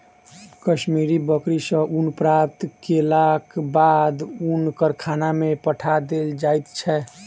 कश्मीरी बकरी सॅ ऊन प्राप्त केलाक बाद ऊनक कारखाना में पठा देल जाइत छै